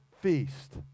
feast